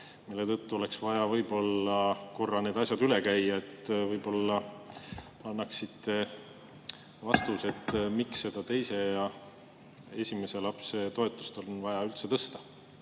Selle tõttu oleks vaja võib-olla korra need asjad veel üle käia. Võib-olla annaksite vastuse, miks seda teise ja esimese lapse toetust on vaja tõsta.